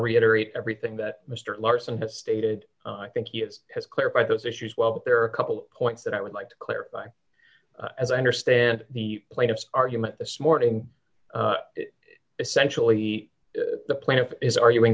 reiterate everything that mr larson has stated i think he is as clear by those issues well but there are a couple of points that i would like to clarify as i understand the plaintiff's argument this morning essentially the plaintiff is arguing